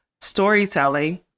storytelling